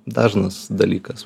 dažnas dalykas